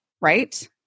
right